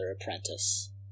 apprentice